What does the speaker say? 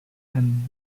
and